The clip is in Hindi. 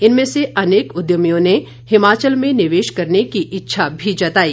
इनमें से अनेक उद्यमियों ने हिमाचल में निवेश करने की इच्छा भी जताई